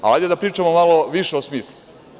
Hajde da pričamo malo više o smislu.